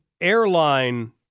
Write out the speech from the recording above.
airline